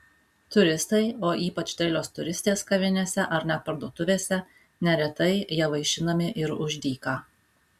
turistai o ypač dailios turistės kavinėse ar net parduotuvėse neretai ja vaišinami ir už dyką